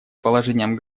положением